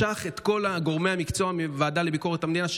השר משך אתמול את כל גורמי המקצוע מהוועדה לביקורת המדינה.